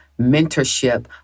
mentorship